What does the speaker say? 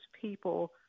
people